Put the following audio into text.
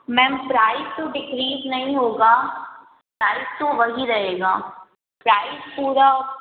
ma'am prize तो decrease नहीं होगा प्राइज़ तो वही रहेगा प्राइज़ पूरा